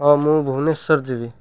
ହଁ ମୁଁ ଭୁବନେଶ୍ୱର ଯିବି